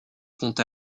compte